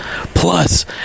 plus